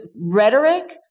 rhetoric